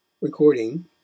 Recording